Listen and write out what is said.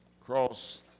cross